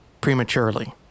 prematurely